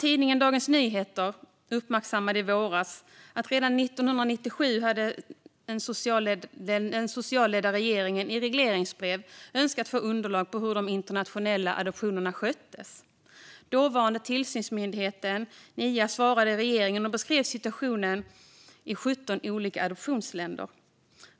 Tidningen Dagens Nyheter uppmärksammade i våras att den socialdemokratiskt ledda regeringen redan 1997 i regleringsbrev önskade att få underlag gällande hur de internationella adoptionerna sköttes. Den dåvarande tillsynsmyndigheten, NIA, svarade regeringen och beskrev situationen i 17 olika adoptionsländer.